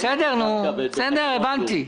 בסדר, הבנתי.